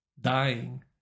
dying